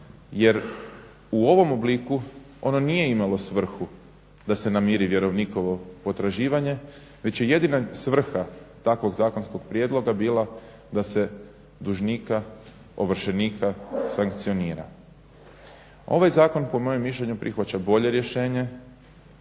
jer u ovom obliku ono nije imalo svrhu da se namiri vjerovnikovo potraživanje već je jedina svrha takvog zakonskog prijedloga bila da se dužnika ovršenika sankcionira. Ovaj zakon po mojem mišljenju prihvaća bolje rješenje,